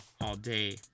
all-day